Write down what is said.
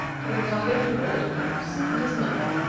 to the cottage of old pipes and his mother.